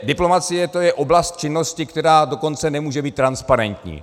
Diplomacie, to je oblast činnosti, která dokonce nemůže být transparentní.